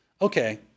Okay